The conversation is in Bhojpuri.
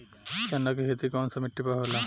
चन्ना के खेती कौन सा मिट्टी पर होला?